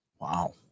Wow